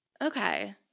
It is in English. Okay